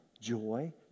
joy